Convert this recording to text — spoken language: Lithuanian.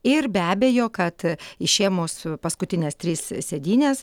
ir be abejo kad išėmus paskutines tris sėdynes